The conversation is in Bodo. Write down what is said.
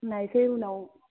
नायसै उनाव